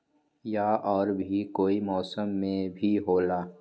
या और भी कोई मौसम मे भी होला?